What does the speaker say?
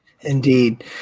Indeed